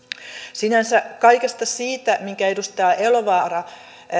sinänsä kaikesta siitä minkä edustaja elovaara